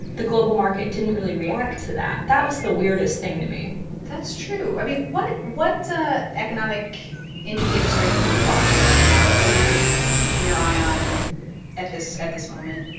the global market didn't really react to that. that was the weirdest thing to me that's true. i mean, what what economic indicators are you watching right now? or what are you kind of keeping your eye on at this at this moment?